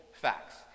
facts